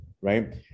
right